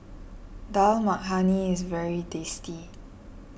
Dal Makhani is very tasty